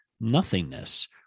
nothingness